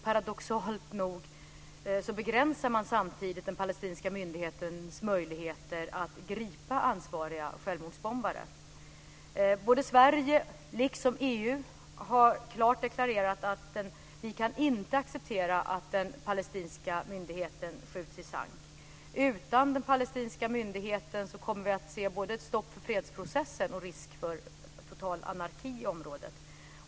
Paradoxalt nog begränsar man därmed samtidigt den palestinska myndighetens möjligheter att gripa ansvariga självmordsbombare. Sverige har liksom EU klart deklarerat att vi inte kan acceptera att den palestinska myndigheten skjuts i sank. Utan den palestinska myndigheten kommer vi både att få se ett stopp för fredsprocessen och att riskera total anarki i området.